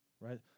right